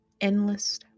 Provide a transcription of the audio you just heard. endless